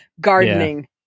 gardening